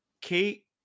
Kate